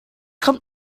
kommt